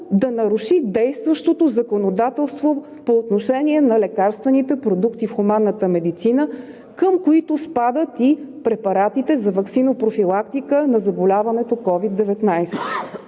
да наруши действащото законодателство по отношение на лекарствените продукти в хуманната медицина, към които спадат и препаратите за ваксинопрофилактика на заболяването COVID-19.